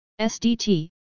SDT